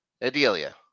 adelia